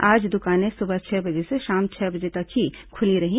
आज दुकानें सुबह छह बजे से शाम छह बजे तक ही खुली रही